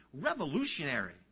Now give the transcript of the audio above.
Revolutionary